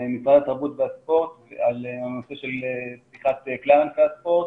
עם משרד התרבות והספורט על פתיחת כלל ענפי הספורט.